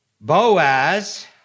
Boaz